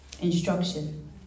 instruction